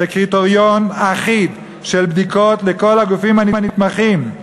זה קריטריון אחיד של בדיקות לכל הגופים הנתמכים,